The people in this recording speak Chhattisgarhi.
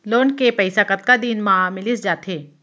लोन के पइसा कतका दिन मा मिलिस जाथे?